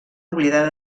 oblidar